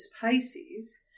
Pisces